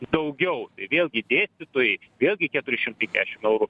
daugiau tai vėlgi dėstytojai vėlgi keturi šimtai kesšim eurų